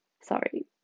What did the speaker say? sorry